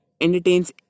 entertains